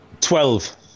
Twelve